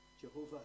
Jehovah